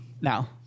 now